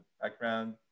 background